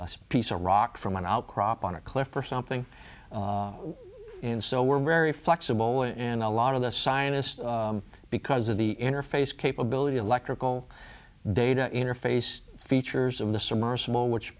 pieces of rock from an outcrop on a cliff or something and so we're very flexible and a lot of the scientists because of the interface capability electrical data interface features of